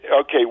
Okay